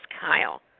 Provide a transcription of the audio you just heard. Kyle